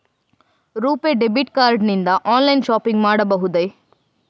RuPay debit card ನಿಂದ online shopping ಮಾಡಬಹುದೇ?